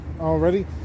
already